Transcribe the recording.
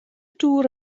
dŵr